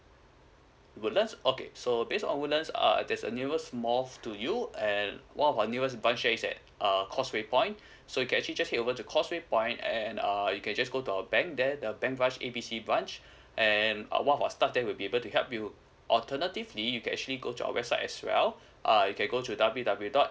woodlands okay so based on woodlands err there's a nearest mall to you and one of our nearest branch here is at err causeway point so you can actually just head over to causeway point and err you can just go to our bank there the bank branch A B C branch and one of our staff that we'll be able to help you alternatively you can actually go to our website as well uh you can go to w w dot